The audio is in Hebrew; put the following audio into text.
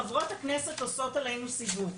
חברות הכנסת עושות עלינו סיבוב,